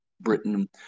Britain